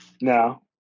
No